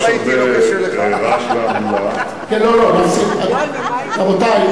יש הרבה רעש והמולה, רבותי,